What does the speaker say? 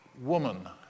woman